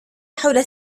حول